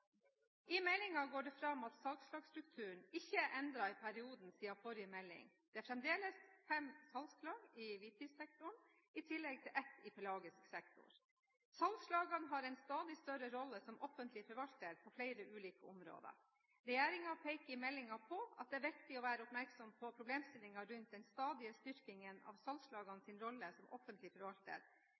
I meldingen går det fram at salgslagsstrukturen ikke er endret i perioden siden forrige melding. Det er fremdeles fem salgslag i hvitfisksektoren i tillegg til ett i pelagisk sektor. Salgslagene har en stadig større rolle som offentlig forvalter på flere ulike områder. Regjeringen peker i meldingen på at det er viktig å være oppmerksom på problemstillingen rundt den stadige styrkingen av salgslagenes rolle som offentlig